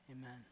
Amen